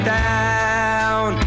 down